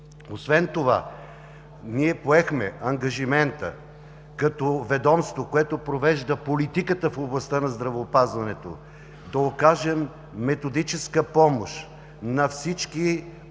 Освен това ние поехме ангажимента като ведомство, което провежда политиката в областта на здравеопазването, да окажем методическа помощ на всички